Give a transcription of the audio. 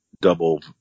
double